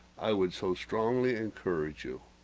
i would so strongly encourage you